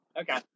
Okay